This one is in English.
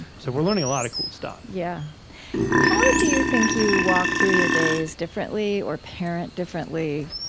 so we're learning a lot of cool stuff yeah how do you think you walk through your days differently, or parent differently,